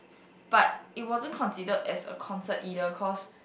but it wasn't considered as a concert either cause